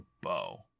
bow